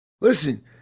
Listen